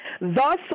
Thus